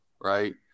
right